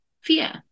fear